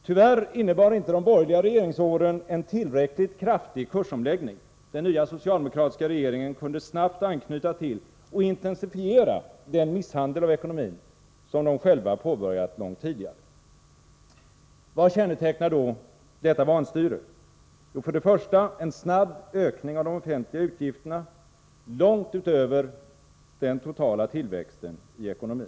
Tvvärr innebar inte de borgerliga regeringsåren en tillräckligt kraftig kursomläggning. Den nya socialdemokratiska regeringen kunde därför snabbt anknyta till och intensifiera den misshandel av ekonomin som socialdemokraterna själva påbörjat långt tidigare. Vad kännetecknar då detta vanstyre? Jo, för det första en snabb ökning av de offentliga utgifterna, långt utöver den totala tillväxten i ekonomin.